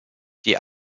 die